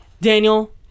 Daniel